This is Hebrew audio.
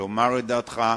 לומר את דעתך,